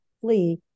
flee